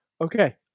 Okay